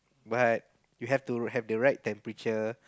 but you have to have the right temperature